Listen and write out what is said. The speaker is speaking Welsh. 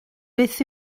beth